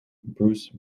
bruce